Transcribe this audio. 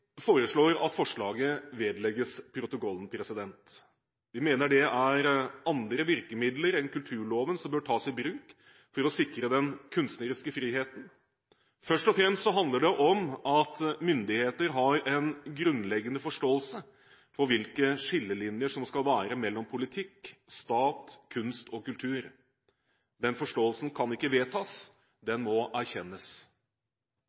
foreslår at forslaget vedlegges protokollen. Vi mener det er andre virkemidler enn kulturloven som bør tas i bruk for å sikre den kunstneriske friheten. Først og fremst handler det om at myndigheter har en grunnleggende forståelse for hvilke skillelinjer som skal være mellom politikk, stat, kunst og kultur. Den forståelsen kan ikke vedtas,